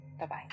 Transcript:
Bye-bye